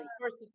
first